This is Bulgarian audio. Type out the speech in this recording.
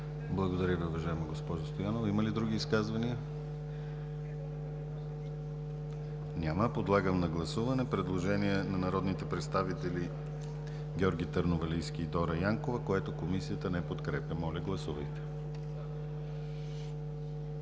Благодаря Ви, уважаема госпожо Стоянова. Има ли други изказвания? Няма. Подлагам на гласуване предложението на народните представители Георги Търновалийски и Дора Янкова, което комисията не подкрепя. Гласували